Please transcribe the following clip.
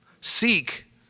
Seek